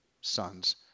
sons